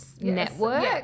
network